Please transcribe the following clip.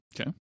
Okay